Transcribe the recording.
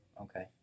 okay